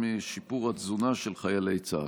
2. מה בכוונתך לעשות לשם שיפור התזונה של חיילי צה"ל?